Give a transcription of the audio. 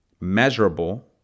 measurable